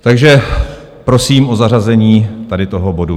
Takže prosím o zařazení tady toho bodu.